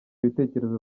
ibitekerezo